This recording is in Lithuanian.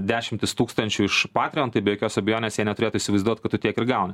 dešimtis tūkstančių iš patrion tai be jokios abejonės jie neturėtų įsivaizduot kad tu tiek ir gauni